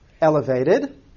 elevated